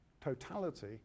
totality